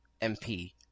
MP